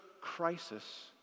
crisis